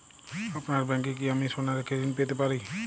আপনার ব্যাংকে কি আমি সোনা রেখে ঋণ পেতে পারি?